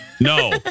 No